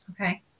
Okay